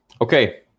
Okay